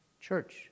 Church